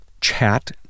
chat